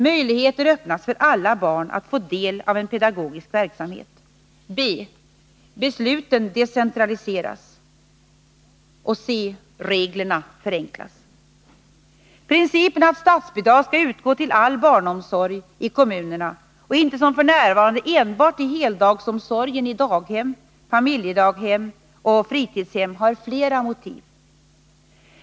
Möjligheter öppnas för alla barn att få del av en pedagogisk verksamhet. Principen att statsbidrag skall utgå till all barnomsorg i kommunerna, och inte som f. n. enbart till heldagsomsorgen i daghem, familjedaghem och fritidshem, har flera motiv.